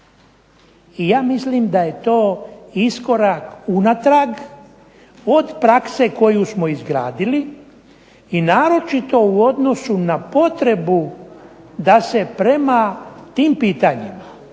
i ja mislim da je to iskorak unatrag od prakse koju smo izgradili i naročito u odnosu na potrebu da se prema tim pitanjima,